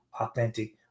authentic